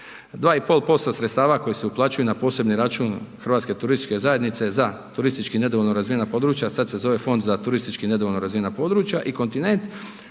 2,5% sredstava koji se uplaćuju na posebni račun Hrvatske turističke zajednice za turistički nedovoljno razvijena područja sad se zove Fond za turistički nedovoljno razvijena područja i kontinent,